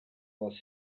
was